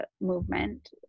movement